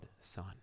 son